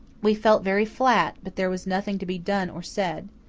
we felt very flat, but there was nothing to be done or said.